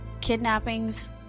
kidnappings